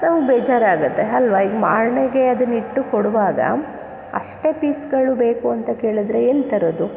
ನಂಗೆ ಬೇಜಾರಾಗುತ್ತೆ ಅಲ್ವಾ ಈಗ ಮಾರ್ನೆಗೆ ಅದನ್ನಿಟ್ಟು ಕೊಡುವಾಗ ಅಷ್ಟೇ ಪೀಸ್ಗಳು ಬೇಕು ಅಂತ ಕೇಳಿದ್ರೆ ಎಲ್ಲಿ ತರೋದು